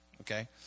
okay